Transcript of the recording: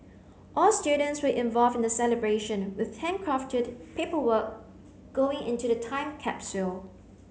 all students were involved in the celebration with handcrafted paperwork going into the time capsule